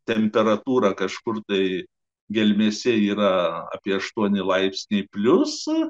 temperatūra kažkur tai gelmėse yra apie aštuoni laipsniai pliusas